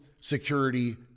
security